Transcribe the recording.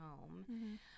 home